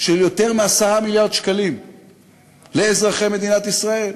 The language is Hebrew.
של יותר מ-10 מיליארד שקלים לאזרחי מדינת ישראל,